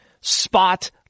spot